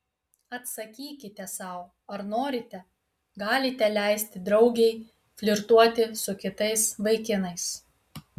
atsakykite sau ar norite galite leisti draugei flirtuoti su kitais vaikinais